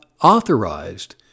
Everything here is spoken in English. authorized